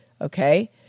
Okay